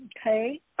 Okay